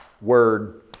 word